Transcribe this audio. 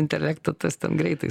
intelektą tas ten greitai